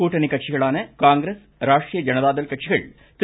கூட்டணி கட்சிகளான காங்கிரஸ் ராஷ்ட்ரிய ஜனதாதள் கட்சிகள் திரு